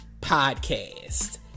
podcast